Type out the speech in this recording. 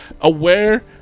aware